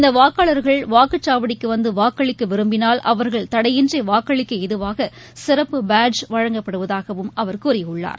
இந்த வாக்காளர்கள் வாக்குச்சாவடிக்கு வந்து வாக்களிக்க விரும்பினால் அவர்கள் தடையின்றி வாக்களிக்க ஏதுவாக சிறப்பு பேட்ஜ் வழங்கப்படுவதாகவும் அவர் கூறியுள்ளார்